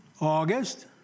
August